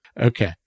Okay